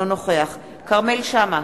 אינו נוכח כרמל שאמה,